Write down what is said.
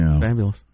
Fabulous